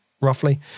roughly